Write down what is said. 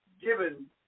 given